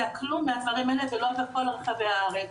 כלום מהדברים האלה ולא בכל רחבי הארץ,